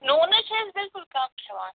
نوٗن حظ چِھ أسۍ بِلکُل کم کھیٚوان